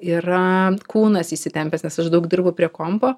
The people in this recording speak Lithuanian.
yra kūnas įsitempęs nes aš daug dirbu prie kompo